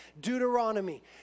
Deuteronomy